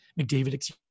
McDavid